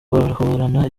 bahorana